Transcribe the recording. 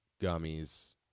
gummies